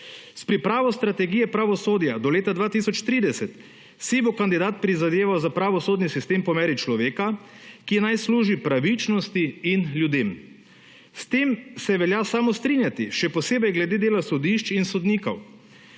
S pripravo strategije pravosodja do leta 2030 se bo kandidat prizadeval za pravosodni sistem po meri človeka, ki naj služi pravičnosti in ljudem. S tem se velja samo strinjati še posebej glede delo sodišč in sodnikov.